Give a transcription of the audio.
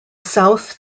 south